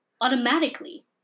automatically